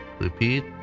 repeat